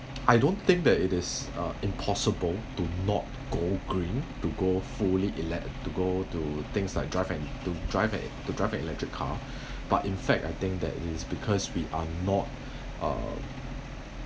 I don't think that it is uh impossible to not go green to go fully elect~ to go to things like drive an to drive an to drive an electric car but in fact I think that is because we are not uh